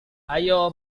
ayo